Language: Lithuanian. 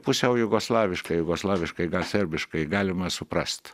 pusiau jugoslaviškai jugoslaviškai gal serbiškai galima suprast